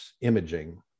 imaging